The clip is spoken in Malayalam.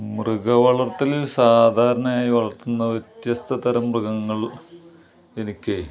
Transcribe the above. മൃഗവളർത്തലിൽ സാധാരണയായി വളർത്തുന്ന വ്യത്യസ്ഥതരം മൃഗങ്ങൾ ഇരിക്കെ